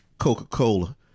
coca-cola